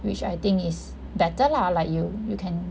which I think is better lah like you you can